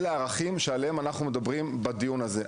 הם הערכים שעליהם אנחנו מדברים בדיון הזה.